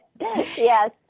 Yes